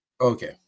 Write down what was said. Okay